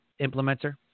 implementer